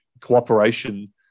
cooperation